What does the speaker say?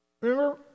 Remember